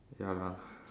ya lah